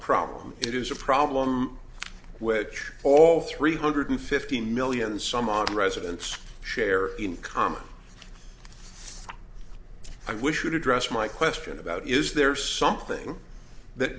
problem it is a problem which all three hundred fifty million some odd residents share in common i wish you'd address my question about is there something that